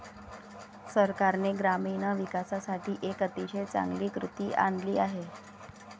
सरकारने ग्रामीण विकासासाठी एक अतिशय चांगली कृती आणली आहे